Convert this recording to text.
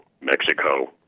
Mexico